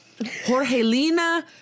Jorgelina